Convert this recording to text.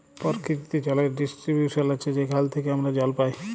পরকিতিতে জলের ডিস্টিরিবশল আছে যেখাল থ্যাইকে আমরা জল পাই